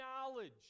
knowledge